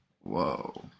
Whoa